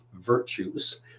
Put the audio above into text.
virtues